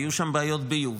היו שם בעיות ביוב,